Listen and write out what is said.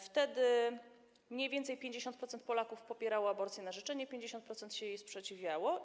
Wtedy mniej więcej 50% Polaków popierało aborcję na życzenie, 50% się jej sprzeciwiało.